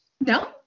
No